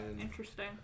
Interesting